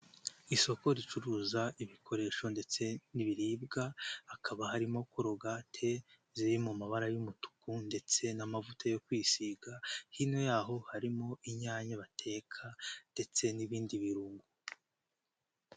Isoko ricuruza ibikoresho ndetse n'ibiribwa, hakaba harimo korogate ziri mu mabara y'umutuku ndetse n'amavuta yo kwisiga, hino yaho harimo inyanya bateka ndetse n'ibindi birungo.